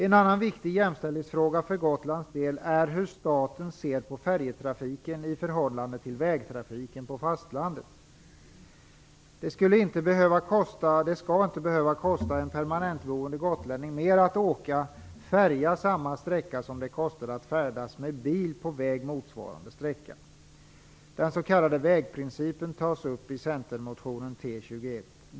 En annan viktig jämställdhetsfråga för Gotlands del är hur staten ser på färjetrafiken i förhållande till vägtrafiken på fastlandet. Det skall inte behöva kosta en permanentboende gotlänning mera att åka färja än det kostar att färdas motsvarande sträcka på väg med bil. Den s.k. vägprincipen tas upp i centermotionen 1995/96:T21.